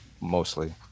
mostly